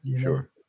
sure